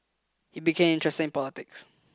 he became interested in politics